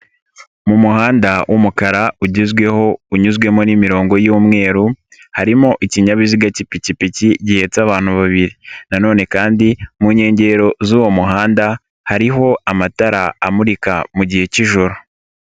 Mu muhanda w'umukara ugezweho unyuzwemo n'imirongo y'umweru, harimo ikinyabiziga cy'ipikipiki gihetse abantu babiri na none kandi mu nkengero z'uwo muhanda hariho amatara amurika mu gihe cy'ijoro.